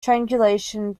triangulation